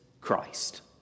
Christ